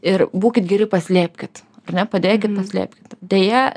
ir būkit geri paslėpkit ane padėkit paslėpkit deja